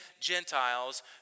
Gentiles